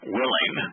willing